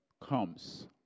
comes